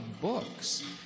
books